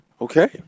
Okay